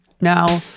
Now